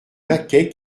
laquais